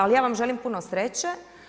Ali ja vam želim puno sreće.